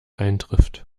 eintrifft